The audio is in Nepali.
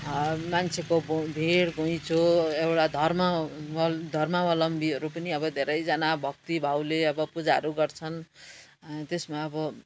मान्छेको भिड घुइचो एउटा धर्मवल धर्मावलम्बीहरू पनि अब धेरैजना भक्तिभावले अब पूजाहरू गर्छन् त्यसमा अब